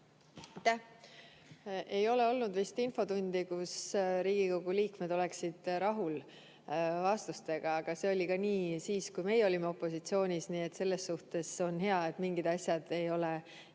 Ei ole olnud vist infotundi, kus Riigikogu liikmed oleksid vastustega rahul. Aga see oli nii ka siis, kui meie olime opositsioonis, nii et selles suhtes on hea, et mingid asjad ei ole